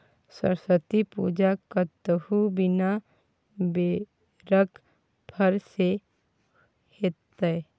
सरस्वती पूजा कतहु बिना बेरक फर सँ हेतै?